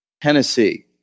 Tennessee